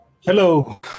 hello